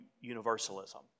universalism